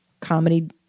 comedy